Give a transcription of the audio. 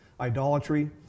idolatry